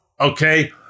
okay